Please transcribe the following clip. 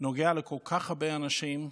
נוגע לכל כך הרבה אנשים,